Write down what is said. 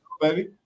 Baby